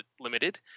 Limited